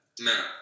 No